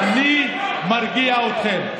אני מרגיע אתכם.